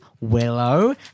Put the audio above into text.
Willow